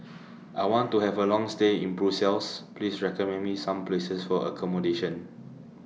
I want to Have A Long stay in Brussels Please recommend Me Some Places For accommodation